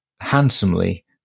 handsomely